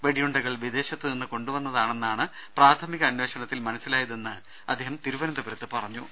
വെടിയുണ്ടകൾ വിദേശത്ത് നിന്നു കൊണ്ടുവന്നതാണെന്നാണ് പ്രാഥമിക അന്വേഷണത്തിൽ മനസിലായത് എന്ന് അദ്ദേഹം തിരുവനന്തപുരത്ത് പറഞ്ഞു